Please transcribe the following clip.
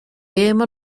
game